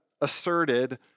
asserted